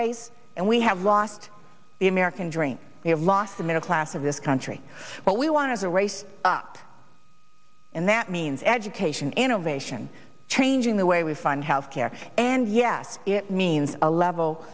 race and we have lost the american dream we have lost the middle class of this country but we want as a race up in that means education innovation changing the way we fund health care and yes it means a level